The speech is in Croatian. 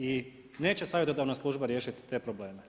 I neće savjetodavna služba riješiti te probleme.